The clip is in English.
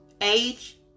Age